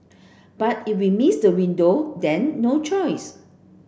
but if we miss the window then no choice